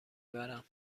برم